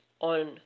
on